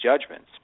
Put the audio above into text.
judgments